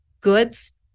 goods